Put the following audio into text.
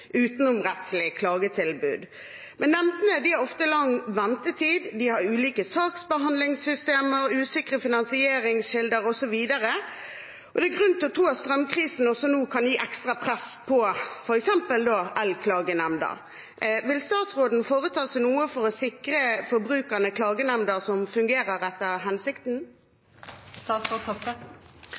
klagetilbud. Men nemndene har ofte lang ventetid, de har ulike saksbehandlingssystemer, usikre finansieringskilder osv., og det er grunn til å tro at strømkrisen nå også kan gi ekstra press på f.eks. Elklagenemnda. Vil statsråden foreta seg noe for å sikre forbrukerne klagenemnder som fungerer etter hensikten?